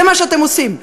זה מה שאתם עושים.